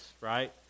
right